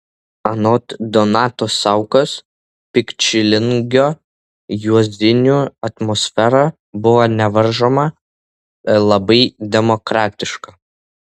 anot donato saukos pikčilingio juozinių atmosfera buvo nevaržoma labai demokratiška